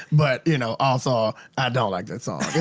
but you know, also don't like that song.